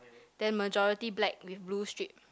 then majority black with blue strip